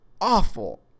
awful